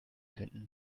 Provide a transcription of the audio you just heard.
finden